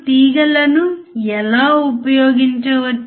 unity gain amplifier అని కూడా ఎందుకు పిలుస్తారు